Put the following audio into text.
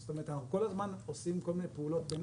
זאת אומרת אנחנו כל הזמן עושים כל מיני פעולות ביניים.